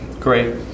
Great